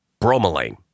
bromelain